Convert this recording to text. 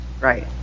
right